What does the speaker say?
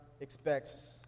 expects